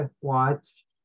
watch